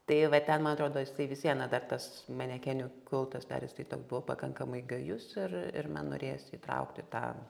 tai va ten man atrodo jisai vis viena dar tas manekenių kultas dar jisai toks buvo pakankamai gajus ir ir man norėjosi įtraukti tą